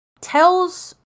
tells